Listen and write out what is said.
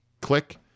click